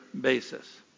basis